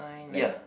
like the